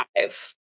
five